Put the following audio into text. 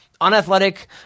unathletic